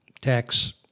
tax